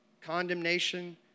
condemnation